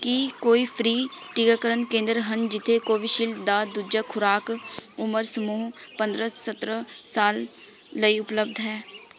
ਕੀ ਕੋਈ ਫ੍ਰੀ ਟੀਕਾਕਰਨ ਕੇਂਦਰ ਹਨ ਜਿੱਥੇ ਕੋਵਿਸ਼ੀਲਡ ਦਾ ਦੂਜਾ ਖੁਰਾਕ ਉਮਰ ਸਮੂਹ ਪੰਦਰਾਂ ਸਤਾਰਾਂ ਸਾਲ ਲਈ ਉਪਲੱਬਧ ਹੈ